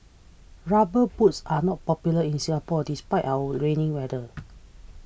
rubber boots are not popular in Singapore despite our rainy weather